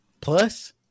plus